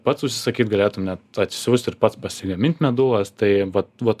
pats užsisakyt galėtumėt atsisiųst ir pats pasigamint medulas tai vat vat